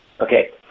Okay